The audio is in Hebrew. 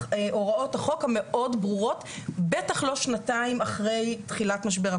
הוראות החוק המאוד ברורות בטח לא שנתיים אחרי תחילת משבר הקורונה.